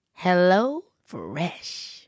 HelloFresh